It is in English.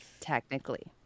Technically